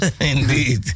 Indeed